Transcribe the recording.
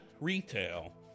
retail